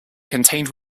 contained